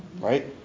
right